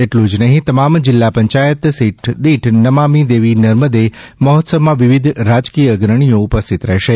એટલું જ નહી તમામ જિલ્લા પંચાયત સીટ દીઠ નમામિ દેવી નમદિ મહોત્સવમાં વિવિધ રાજકીય અત્રણીઓ ઉપસ્થિત રહેશે